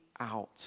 out